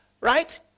right